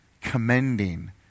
commending